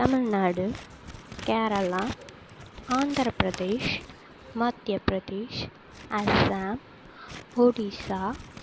Tamil Nadu Kerala Andhra Pradesh Madhya Pradesh Assam Odisha